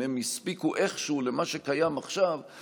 אם הם הספיקו איכשהו למה שקיים עכשיו,